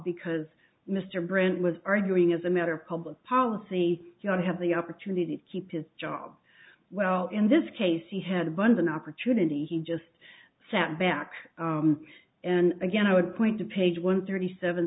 because mr brand was arguing as a matter of public policy you don't have the opportunity to keep his job well in this case he had abundant opportunity he just sat back and again i would point to page one thirty seven